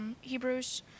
Hebrews